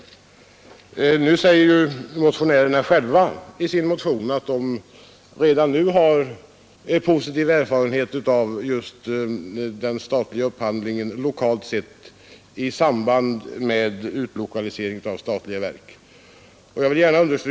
Motionärerna säger själva i sin motion att de redan nu har positiv erfarenhet av den statliga upphandlingen utlokalisering av statliga verk. Jag vill företagens möjligheter att vara med och konkurrera när det gäller statlig upphandling.